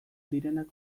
direnak